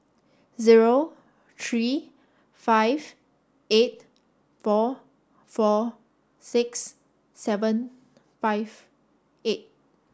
zero three five eight four four six seven five eight